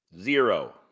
Zero